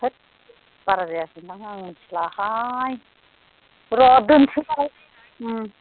होद बारा जायाखैखोमा आं मिन्थिला हाय र' दोननोसै होनबालाय